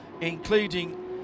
including